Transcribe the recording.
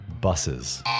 Buses